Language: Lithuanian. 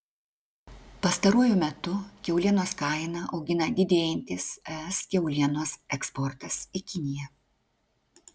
pastaruoju metu kiaulienos kainą augina didėjantis es kiaulienos eksportas į kiniją